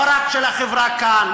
לא רק של החברה כאן,